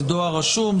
זה דואר רשום?